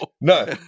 No